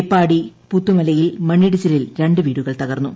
മേപ്പാടി പുത്തുമലയിൽ മണ്ണിടിച്ചിലിൽ രണ്ട് വീടുകൾ തകർന്നു